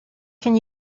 can